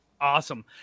awesome